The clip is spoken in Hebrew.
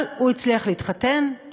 אבל הוא הצליח להתחתן,